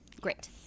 Great